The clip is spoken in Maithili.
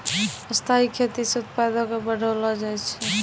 स्थाइ खेती से उत्पादो क बढ़लो जाय छै